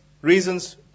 reasons